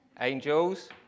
Angels